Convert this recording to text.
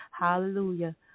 Hallelujah